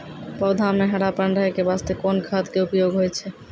पौधा म हरापन रहै के बास्ते कोन खाद के उपयोग होय छै?